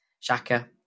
Shaka